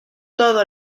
todo